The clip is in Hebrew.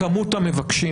כמות המבקשים.